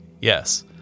Yes